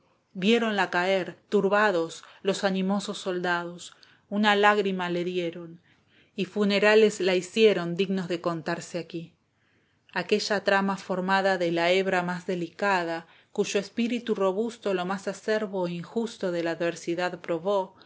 allí viéronla caer turbados los animosos soldados una lágrima la dieron y funerales la hicieron dignos de contarse aquí aquella trama formada de la hebra más delicada cuyo espíritu robusto lo más acerbo e injusto de la adversidad probó